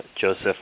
Joseph